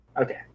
Okay